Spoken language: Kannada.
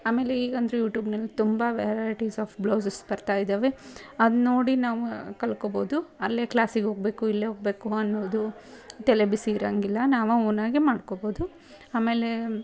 ಆಮೇಲೆ ಈಗಂತು ಯೂಟ್ಯೂಬ್ನಲ್ಲಿ ತುಂಬ ವೆರೈಟೀಸ್ ಆಫ್ ಬ್ಲೌಝಸ್ ಬರ್ತಾ ಇದ್ದಾವೆ ಅದು ನೋಡಿ ನಾವೇ ಕಲ್ತ್ಕೋಬೋದು ಅಲ್ಲೇ ಕ್ಲಾಸಿಗೆ ಹೋಗಬೇಕು ಇಲ್ಲೇ ಹೋಗಬೇಕು ಅನ್ನೋದು ತಲೆ ಬಿಸಿ ಇರೋಂಗಿಲ್ಲ ನಾವೇ ಓನಾಗಿ ಮಾಡ್ಕೋಬೋದು ಆಮೇಲೆ